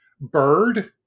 bird